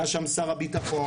היה שם שר הביטחון,